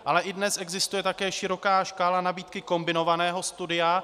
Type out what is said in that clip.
Ale i dnes existuje také široká škála nabídky kombinovaného studia.